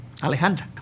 Alejandra